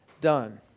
done